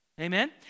Amen